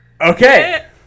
Okay